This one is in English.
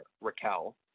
Raquel